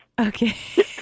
Okay